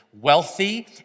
wealthy